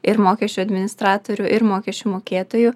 ir mokesčių administratorių ir mokesčių mokėtojų